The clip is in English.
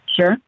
Sure